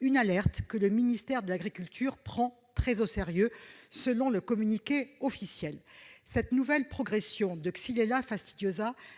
une alerte que le ministère de l'agriculture prend très au sérieux, selon le communiqué officiel. Cette nouvelle progression de